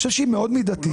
אני חושב שהיא מאוד מידתית.